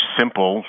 simple